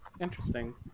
Interesting